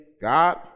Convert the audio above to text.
God